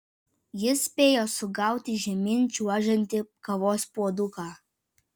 jis spėjo sugauti žemyn čiuožiantį kavos puoduką